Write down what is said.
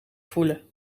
voelen